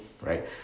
right